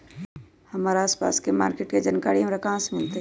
हमर आसपास के मार्किट के जानकारी हमरा कहाँ से मिताई?